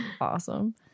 awesome